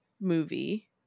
movie